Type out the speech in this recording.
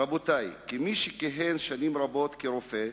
רבותי, כמי ששימש שנים רבות כרופא,